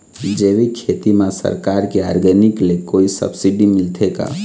जैविक खेती म सरकार के ऑर्गेनिक ले कोई सब्सिडी मिलथे का?